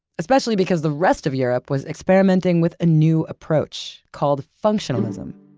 especially because the rest of europe was experimenting with a new approach called functionalism.